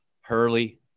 Hurley